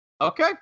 Okay